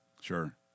Sure